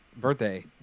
birthday